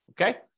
Okay